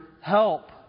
help